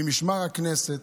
במשמר הכנסת,